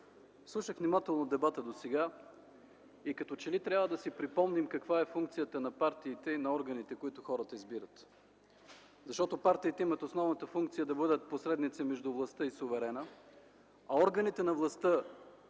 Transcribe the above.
Слушах внимателно дебата досега и като че ли трябва да си припомним каква е функцията на партиите и на органите, които хората избират. Партиите имат основната функция да бъдат посредници между властта и суверена, а органите на властта,